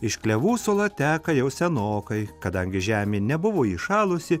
iš klevų sula teka jau senokai kadangi žemė nebuvo įšalusi